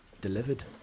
delivered